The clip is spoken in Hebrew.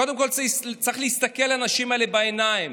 קודם כול צריך להסתכל לאנשים האלה בעיניים